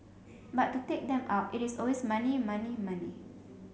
but to take them out it is always money money money